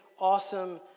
awesome